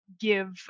give